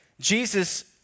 Jesus